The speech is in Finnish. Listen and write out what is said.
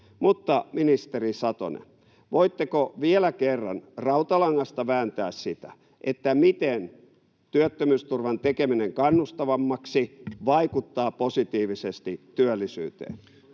Mutta, ministeri Satonen, voitteko vielä kerran rautalangasta vääntää, miten työttömyysturvan tekeminen kannustavammaksi vaikuttaa positiivisesti työllisyyteen?